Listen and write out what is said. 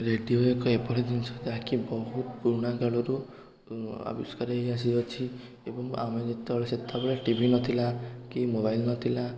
radio ଏକ ଏପରି ଜିନିଷ ଯାହାକି ବହୁତ ପୁରୁଣା କାଳରୁ ଆବିଷ୍କାର ହେଇ ଆସିଅଛି ଏବଂ ଆମେ ଯେତେବେଳେ ସେତେବେଳେ ଟିଭି ନ ଥିଲା କି ମୋବାଇଲ ନ ଥିଲା